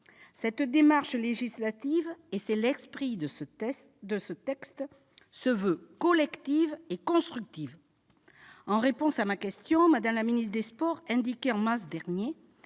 Cette démarche législative- c'est l'esprit de ce texte -se veut donc collective et constructive. En réponse à ma question, Mme la ministre des sports indiquait, en mars dernier,